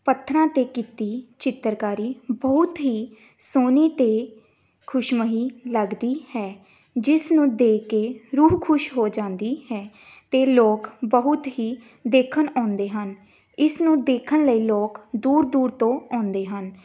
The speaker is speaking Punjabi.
ਪੱਥਰਾਂ 'ਤੇ ਕੀਤੀ ਚਿੱਤਰਕਾਰੀ ਬਹੁਤ ਹੀ ਸੋਹਣੀ ਅਤੇ ਖੁਸ਼ਮਈ ਲੱਗਦੀ ਹੈ ਜਿਸ ਨੂੰ ਦੇਖ ਕੇ ਰੂਹ ਖੁਸ਼ ਹੋ ਜਾਂਦੀ ਹੈ ਅਤੇ ਲੋਕ ਬਹੁਤ ਹੀ ਦੇਖਣ ਆਉਂਦੇ ਹਨ ਇਸ ਨੂੰ ਦੇਖਣ ਲਈ ਲੋਕ ਦੂਰ ਦੂਰ ਤੋਂ ਆਉਂਦੇ ਹਨ